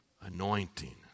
anointing